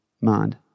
mind